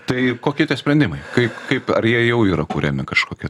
tai kokie tie sprendimai kaip kaip ar jie jau yra kuriami kažkokie